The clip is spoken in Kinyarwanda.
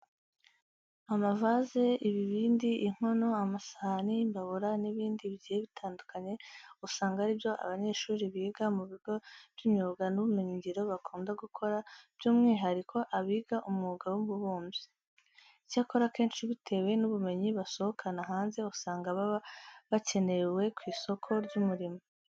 Amavaze, ibibindi, inkono, amasahani, imbabura n'ibindi bigiye bitandukanye usanga ari byo abanyeshuri biga mu bigo by'imyuga n'ubumenyingiro bakunda gukora, by'umwihariko abiga umwuga w'ububumbyi. Icyakora akenshi bitewe n'ubumenyi basohokana hanze, usanga baba bakenewe ku isoko ry'umurimo.